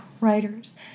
writers